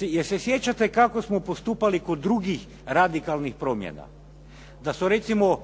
li se sjećate kako smo postupali kod drugih radikalnih promjena? Da su recimo